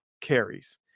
carries